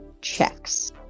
checks